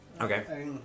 Okay